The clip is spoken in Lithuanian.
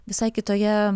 visai kitoje